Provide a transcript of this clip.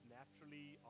naturally